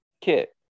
Kit